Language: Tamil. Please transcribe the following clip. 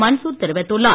மன்சூர் தெரிவித்துள்ளார்